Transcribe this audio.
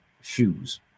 shoes